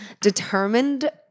determined